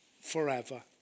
forever